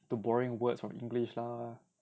the borrowing words from english lah